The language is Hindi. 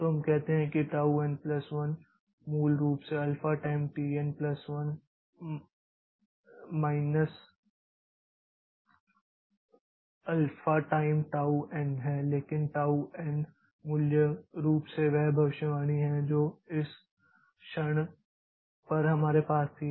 तो हम कहते हैं कि टाऊ एन प्लस 1 मूल रूप से alpha time t n plus 1 minus alpha time tau एनहै लेकिन टाऊ एन मूल रूप से वह भविष्यवाणी है जो इस क्षण पर हमारे पास थी